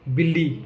ਬਿੱਲੀ